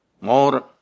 more